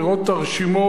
לראות את הרשימות,